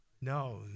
No